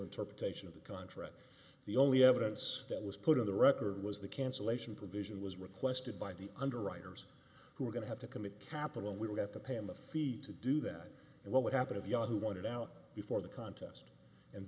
interpretation of the contract the only evidence that was put in the record was the cancellation provision was requested by the underwriters who were going to have to commit capital we would have to pay him a fee to do that and what would happen if yahoo wanted out before the contest and